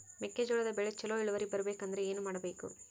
ಮೆಕ್ಕೆಜೋಳದ ಬೆಳೆ ಚೊಲೊ ಇಳುವರಿ ಬರಬೇಕಂದ್ರೆ ಏನು ಮಾಡಬೇಕು?